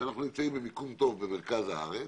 שאנחנו נמצאים במיקום טוב במרכז הארץ